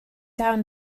down